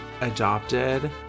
adopted